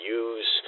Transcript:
use